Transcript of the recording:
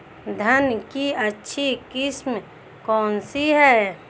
धान की अच्छी किस्म कौन सी है?